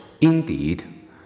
indeed